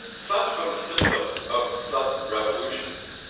such are the symptoms of sudden revolutions,